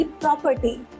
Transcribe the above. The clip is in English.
property